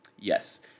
Yes